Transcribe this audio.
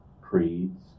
creeds